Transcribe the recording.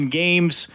games